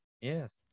Yes